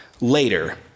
later